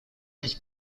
was